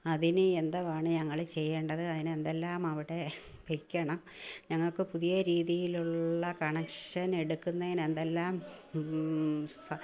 അതിന് ഇനി എന്തുവാണ് ഞങ്ങൾ ചെയ്യേണ്ടത് അതിന് എന്തെല്ലാമാകട്ടെ വെക്കണം ഞങ്ങൾക്ക് പുതിയ രീതിയിലുള്ള കണക്ഷൻ എടുക്കുന്നതിന് എന്തെല്ലാം